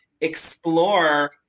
explore